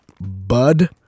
bud